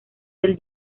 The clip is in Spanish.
del